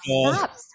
Stop